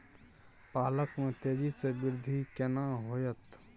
पालक में तेजी स वृद्धि केना होयत?